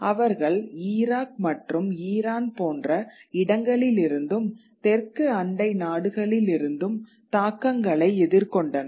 அவர்கள் ஈராக் மற்றும் ஈரான் போன்ற இடங்களிலிருந்தும் தெற்கு அண்டை நாடுகளிலிருந்தும் தாக்கங்களை எதிர்கொண்டனர்